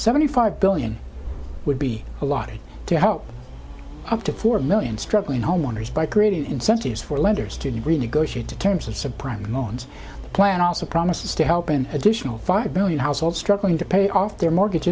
seventy five billion would be allotted to help up to four million struggling homeowners by creating incentives for lenders to renegotiate the terms of subprime loans plan also promises to help an additional five million households struggling to pay off their mortgage